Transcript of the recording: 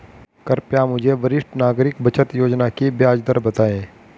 कृपया मुझे वरिष्ठ नागरिक बचत योजना की ब्याज दर बताएं